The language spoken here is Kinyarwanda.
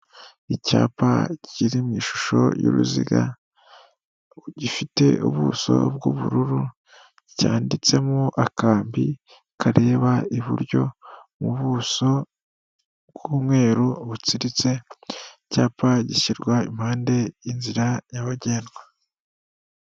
Icyapa kiri mu ishusho y'uruziga, gifite ubuso bw'ubururu, cyanditsemo akambi kareba iburyo, mu buso bw'umweru butsiritse, icyapa gishyirwa impande y'inzira nyabagendwa.